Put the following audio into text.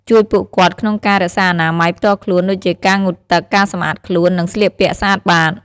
ជួយពួកគាត់ក្នុងការរក្សាអនាម័យផ្ទាល់ខ្លួនដូចជាការងូតទឹក ការសម្អាតខ្លួន និងស្លៀកពាក់ស្អាតបាត។